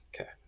okay